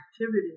activity